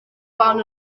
fan